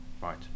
Right